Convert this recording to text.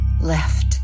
left